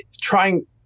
trying